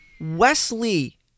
Wesley